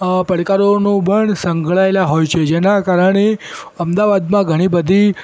આવા પડકારોનો પણ સંકળાયેલા હોય છે જેના કારણે અમદાવાદમાં ઘણી બધી